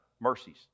Mercies